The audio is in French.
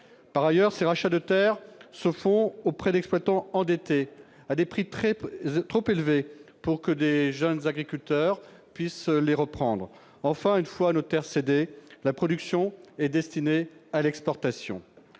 Par ailleurs, ces rachats de terres se font auprès d'exploitants endettés, à des prix trop élevés pour que de jeunes agriculteurs puissent reprendre ces terres. Enfin, une fois nos terres cédées, la production est destinée à l'exportation.